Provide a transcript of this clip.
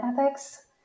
ethics